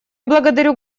благодарю